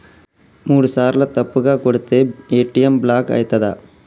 మూడుసార్ల తప్పుగా కొడితే ఏ.టి.ఎమ్ బ్లాక్ ఐతదా?